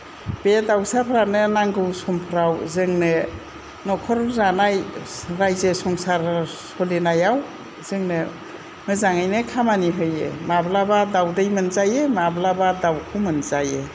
बे दाउसाफोरानो नांगौ समफ्राव जोंनो नखर जानाय राइजो संसार सलिनायाव जोंनो मोजाङैनो खामानि होयो माब्लाबा दाउदै मोनजायो माब्लाबा दाउखौ मोनजायो